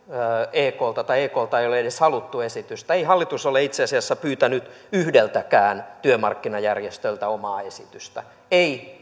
eklta esitystä eklta ei ole edes haluttu esitystä ei hallitus ole itse asiassa pyytänyt yhdeltäkään työmarkkinajärjestöltä omaa esitystä ei